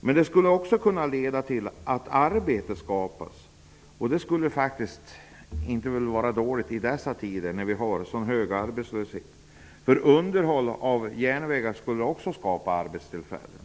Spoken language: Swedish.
Men denna satsning skulle också kunna leda till att arbete skapas, och det skulle väl inte vara illa i dessa tider, med en så hög arbetslöshet. Underhåll av järnvägar skulle nämligen också skapa arbetstillfällen.